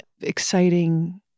exciting